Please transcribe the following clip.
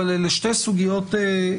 אבל אלה שתי סוגיות כבדות